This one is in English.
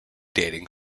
dating